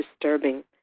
disturbing